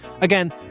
Again